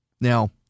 Now